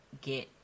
get